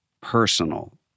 personal